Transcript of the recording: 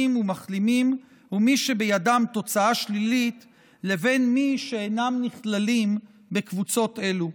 ומחלימים ומי שבידם תוצאה שלילית לבין מי שאינם נכללים בקבוצות אלו.